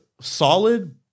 solid